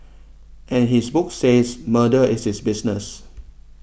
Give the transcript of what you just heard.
as his book says murder is his business